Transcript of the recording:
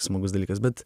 smagus dalykas bet